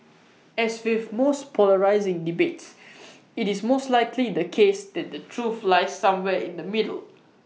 as with most polarising debates IT is most likely the case that the truth lies somewhere in the middle